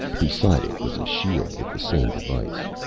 beside it was a shield with the same device.